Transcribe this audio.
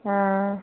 हम्म